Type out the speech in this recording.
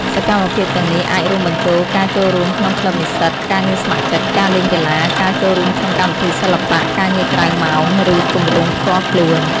សកម្មភាពទាំងនេះអាចរួមបញ្ចូលការចូលរួមក្នុងក្លឹបនិស្សិត ការងារស្ម័គ្រចិត្ត ការលេងកីឡា ការចូលរួមក្នុងកម្មវិធីសិល្បៈ ការងារក្រៅម៉ោង ឬគម្រោងផ្ទាល់ខ្លួន។